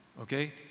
Okay